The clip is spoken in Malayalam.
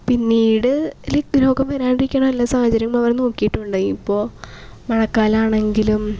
പിന്നീട് ഈ രോഗം വരാണ്ടിരിക്കാനുള്ള സാഹചര്യം അവർ നോക്കിയിട്ടുണ്ടായി ഇപ്പോൾ മഴക്കാലമാണെങ്കിലും